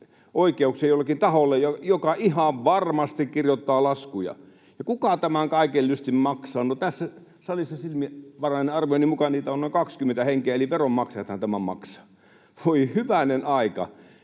oikeuksia jollekin taholle, joka ihan varmasti kirjoittaa laskuja. Kuka tämän kaiken lystin maksaa? No, tässä salissa silmävaraisen arvioni mukaan niitä on noin 20 henkeä, eli veronmaksajathan tämän maksavat. Voi hyvänen aika!